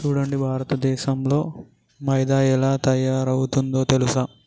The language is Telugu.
సూడండి భారతదేసంలో మైదా ఎలా తయారవుతుందో తెలుసా